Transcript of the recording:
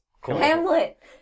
Hamlet